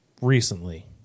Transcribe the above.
recently